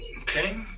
Okay